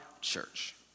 church